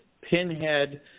pinhead